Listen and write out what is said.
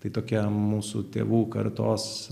tai tokia mūsų tėvų kartos